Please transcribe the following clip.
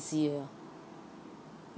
busy ah